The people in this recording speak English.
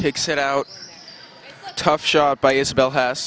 takes it out tough shot by isabel has